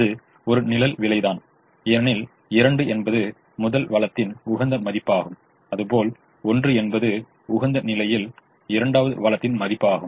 இது ஒரு நிழல் விலை தான் ஏனெனில் 2 என்பது முதல் வளத்தின் உகந்த மதிப்பாகும் அதுபோல் 1 என்பது உகந்த நிலையில் இரண்டாவது வளத்தின் மதிப்பாகும்